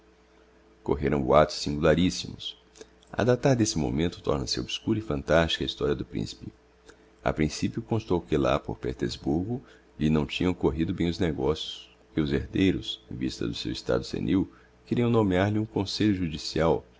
correram boatos singularissimos a datar d'esse momento torna-se obscura e phantastica a historia do principe a principio constou que lá por petersburgo lhe não tinham corrido bem os negocios que os herdeiros em vista do seu estado senil queriam nomear lhe um conselho judicial